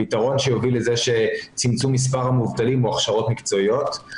הפתרון שיוביל לצמצום מספר המובטלים הוא הכשרות מקצועיות.